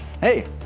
Hey